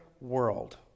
world